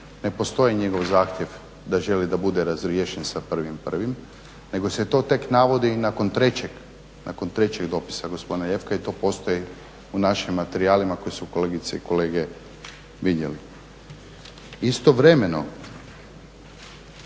ne postoji njegov zahtjev da želi da bude razriješen sa 1.1. nego se to tek navodi nakon trećeg dopisa gospodina Lijevka i to postoji u našim materijalima koji su kolegice i kolege vidjeli. Istovremeno